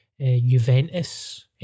Juventus